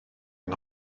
yng